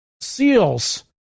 SEALs